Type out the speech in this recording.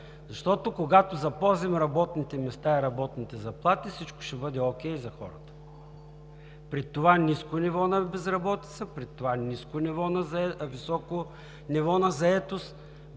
Защото, когато запазим работните места и работните заплати всичко ще бъде окей за хората. При това ниско ниво на безработица, при това високо ниво на заетост,